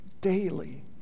daily